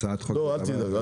לא, אל תדאג.